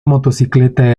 motocicleta